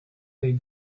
they